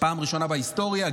פעם ראשונה בהיסטוריה,